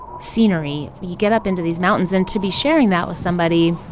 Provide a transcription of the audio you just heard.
scenery. you get up into these mountains and to be sharing that with somebody,